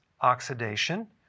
oxidation